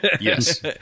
Yes